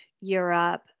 Europe